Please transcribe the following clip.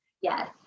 yes